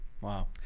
Wow